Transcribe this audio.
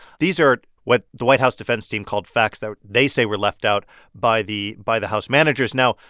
these are what the white house defense team called facts that they say were left out by the by the house managers now,